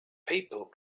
people